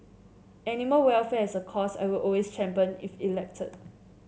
animal welfare is a cause I will always champion if elected